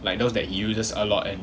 like those that he uses a lot